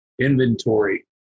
inventory